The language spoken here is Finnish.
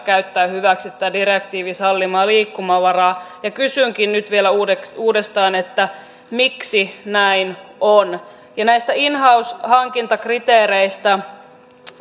käyttää hyväksi tätä direktiivin sallimaa liikkumavaraa kysynkin nyt vielä uudestaan miksi näin on näistä in house hankintakriteereistä